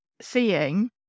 seeing